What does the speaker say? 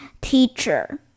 teacher